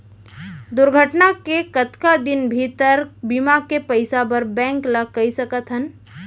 दुर्घटना के कतका दिन भीतर बीमा के पइसा बर बैंक ल कई सकथन?